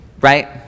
right